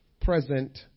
present